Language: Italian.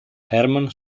herman